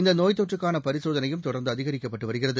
இந்த நோய் தொற்றுக்கான பரிசோதனையும் தொடர்ந்து அதிகரிக்கப்பட்டு வருகிறது